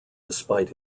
despite